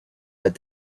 that